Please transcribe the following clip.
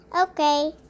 okay